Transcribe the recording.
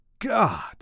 God